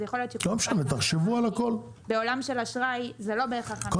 אז יכול להיות --- בעולם של אשראי זה לא בהכרח --- לא משנה,